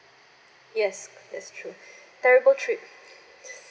yes that's true terrible trip